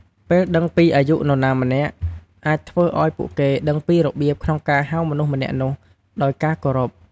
ពេលដឹងពីអាយុនរណាម្នាក់ អាចធ្វើឲ្យពួកគេដឹងពីរបៀបក្នុងការហៅមនុស្សម្នាក់នោះដោយការគោរព។